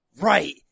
right